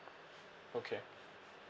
okay